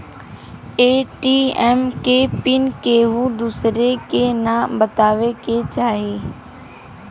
ATM के PIN केहू दुसरे के न बताए के चाही